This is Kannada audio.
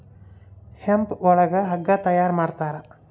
ಹೆಂಪ್ ಒಳಗ ಹಗ್ಗ ತಯಾರ ಮಾಡ್ತಾರ